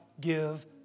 give